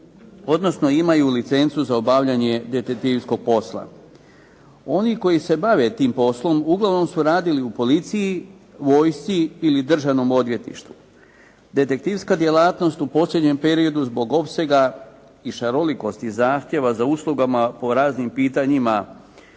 odnosno imaju licencu za obavljanje detektivskog posla. Oni koji se bave tim poslom uglavnom su radili u policiji, vojsci ili državnom odvjetništvu. Detektivska djelatnost u posljednjem periodu zbog opsega i šarolikosti zahtjeva za uslugama po raznim pitanjima